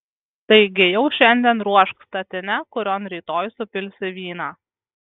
taigi jau šiandien ruošk statinę kurion rytoj supilsi vyną